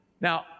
Now